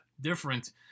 different